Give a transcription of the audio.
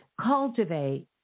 cultivate